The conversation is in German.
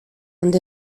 und